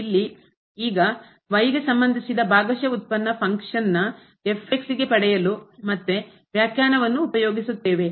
ಇಲ್ಲಿ ಈಗ y ಗೆ ಸಂಬಂಧಿಸಿದ ಭಾಗಶಃ ಉತ್ಪನ್ನ ಫಂಕ್ಷನ್ನ ಗೆ ಪಡೆಯಲು ಮತ್ತೆ ವ್ಯಾಖ್ಯಾನವನ್ನು ಉಪಯೋಗಿಸುತ್ತೇವೆ